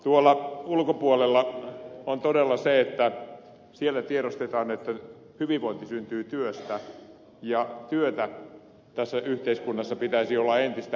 tuolla ulkopuolella on todella niin että siellä tiedostetaan että hyvinvointi syntyy työstä ja työtä tässä yhteiskunnassa pitäisi olla entistä enemmän